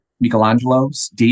Michelangelo's